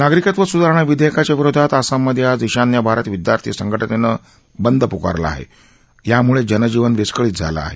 नागरिकत्व सुधारणा विधेयकाच्या विरोधात आसाममध्ये आज ईशान्य भारत विद्यार्थी संघ नेनं बंद पुकारला आहे यामुळे जनजीवन विस्कळीत झालं आहे